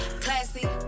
Classy